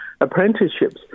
apprenticeships